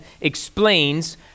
explains